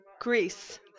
Greece